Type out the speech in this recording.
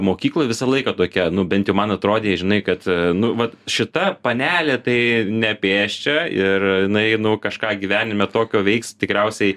mokykloj visą laiką tokia nu bent jau man atrodei žinai kad nu vat šita panelė tai ne pėsčia ir jinai nu kažką gyvenime tokio veiks tikriausiai